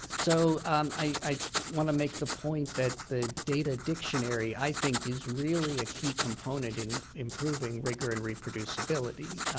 so i want to make the point that the data dictionary i think is really a key component in improving rigor and reproducibility.